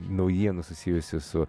naujienų susijusių su